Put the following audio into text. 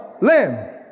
lamb